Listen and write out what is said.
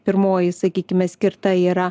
pirmoji sakykime skirta yra